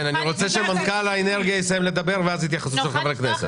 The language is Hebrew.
אני רוצה שמנכ"ל משרד האנרגיה יסיים לדבר ואז התייחסות של חברי הכנסת.